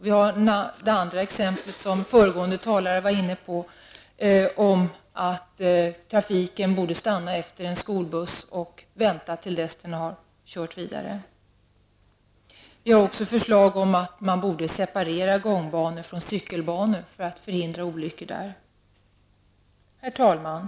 Vidare gäller det det som föregående talare var inne på, nämligen att trafiken borde stanna efter en skolbuss och vänta till dess att den har kört vidare. Vi har också förslag om att man borde separera gångbanor från cykelbanor för att förhindra olyckor. Herr talman!